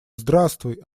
здравствуй